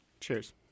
Cheers